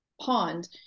pond